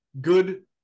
good